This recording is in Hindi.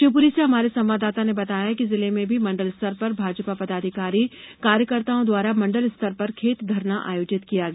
शिवपुरी से हमारे संवाददाता ने बताया है कि जिले में भी मंडल स्तर पर भाजपा पदाधिकारी और कार्यकर्ताओं द्वारा मंडल स्तर पर खेत धरना आयोजित किया गया